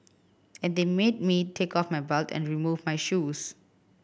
and they made me take off my belt and remove my shoes